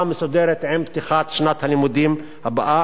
מסודרת עם פתיחת שנת הלימודים הבאה.